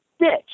bitch